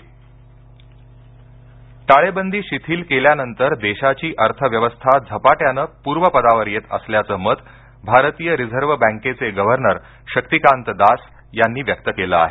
reserve bank टाळेबंदी शिथील केल्यानंतर देशाची अर्थव्यवस्था झपाट्यानं पूर्वपदावर येत असल्याचं मत भारतीय रिझर्व बँकेचे गव्हर्नर शक्तीकांत दास यांनी व्यक्त केलं आहे